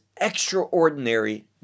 extraordinary